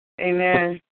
Amen